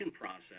process